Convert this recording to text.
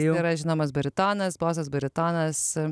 jau yra žinomas baritonas bosas baritonas